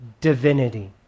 divinity